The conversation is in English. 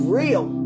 real